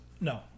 No